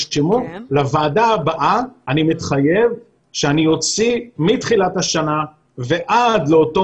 לוועדה הבאה אני מתחייב שאני אוציא מתחילת השנה ועד לאותו